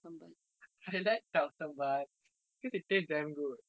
I like tau sambal because it taste damn good